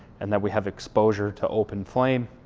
and that we have exposure to open flame.